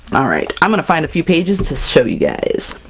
all right i'm gonna find a few pages to show you guys!